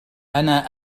انا